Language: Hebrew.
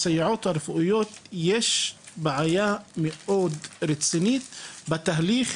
הסייעות הרפואיות יש בעיה מאוד רצינית בתהליך,